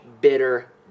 bitter